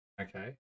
okay